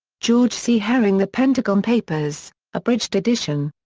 george c. herring the pentagon papers abridged edition.